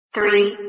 Three